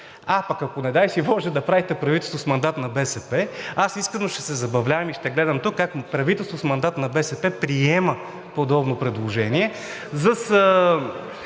А ако, не дай си боже, направите правителство с мандат на БСП, аз искрено ще се забавлявам и ще гледам тук как правителство с мандат на БСП приема подобно предложение